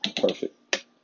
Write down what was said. Perfect